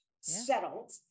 settled